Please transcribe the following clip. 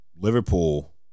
Liverpool